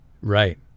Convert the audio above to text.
right